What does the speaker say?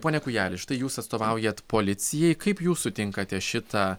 pone kūjeli štai jūs atstovaujat policijai kaip jūs sutinkate šitą